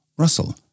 Russell